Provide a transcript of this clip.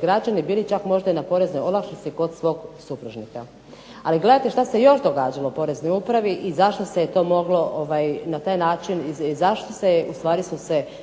građani bili čak možda i na poreznoj olakšici kod svog supružnika. Ali, gledajte što se još događalo u poreznoj upravi i zašto se je to moglo na taj način i zašto se je u stvari su se